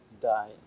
die